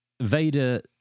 vader